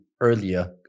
earlier